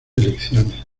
elecciones